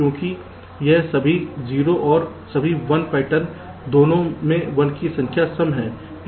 क्योंकि यह सभी 0 और सभी 1 पैटर्न दोनों में 1 की संख्या सम हैं